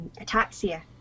ataxia